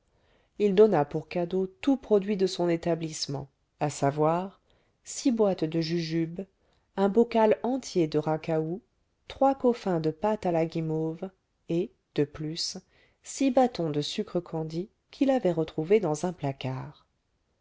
il donna pour cadeaux tous produits de son établissement à savoir six boîtes de jujubes un bocal entier de racahout trois coffins de pâte à la guimauve et de plus six bâtons de sucre candi qu'il avait retrouvés dans un placard